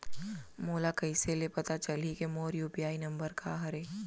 मोला कइसे ले पता चलही के मोर यू.पी.आई नंबर का हरे?